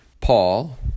Paul